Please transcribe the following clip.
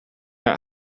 out